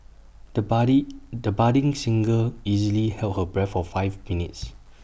the buddy the budding singer easily held her breath for five minutes